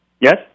Yes